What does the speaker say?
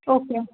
okay